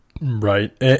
Right